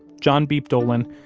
john beeped olin,